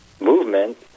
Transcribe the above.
movement